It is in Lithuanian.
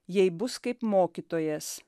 jei bus kaip mokytojas